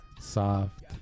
soft